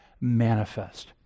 manifest